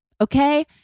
okay